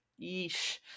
yeesh